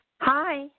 Hi